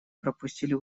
пропустили